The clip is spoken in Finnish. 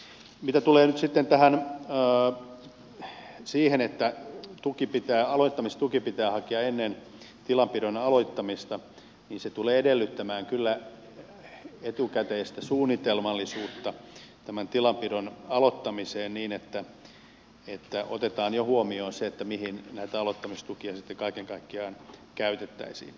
mitä tulee nyt sitten siihen että aloittamistuki pitää hakea ennen tilanpidon aloittamista niin se tulee edellyttämään kyllä etukäteistä suunnitelmallisuutta tämän tilanpidon aloittamiseen niin että otetaan jo huomioon se mihin näitä aloittamistukia sitten kaiken kaikkiaan käytettäisiin